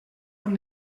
amb